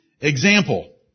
Example